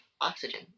oxygen